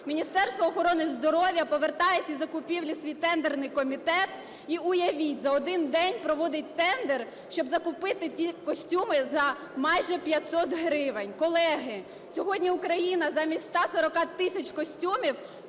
Міністерство охорони здоров'я повертає ці закупівлі в свій тендерний комітет, і, уявіть, за один день проводить тендер, щоб закупити ті костюми за майже 500 гривень. Колеги, сьогодні Україна замість 140 тисяч костюмів